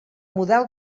model